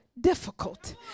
difficult